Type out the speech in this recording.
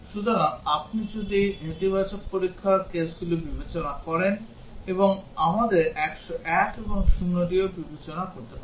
সুতরাং আপনি যদি নেতিবাচক পরীক্ষার কেসগুলি বিবেচনা করেন এবং আমাদের 101 এবং 0 টিও বিবেচনা করতে হবে